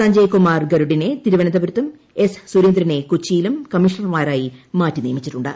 സഞ്ജയ് കുമാർ ഗരുഡിനെ തിരുവനന്തപുരത്തും എസ് സുരേന്ദ്രനെ കൊച്ചിയിലും കമ്മീഷണർമാരായി മാറ്റി നിയമിച്ചിട്ടുണ്ട്